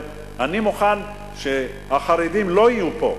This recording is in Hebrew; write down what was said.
אומר: אני מוכן שהחרדים לא יהיו פה,